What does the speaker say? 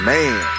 Man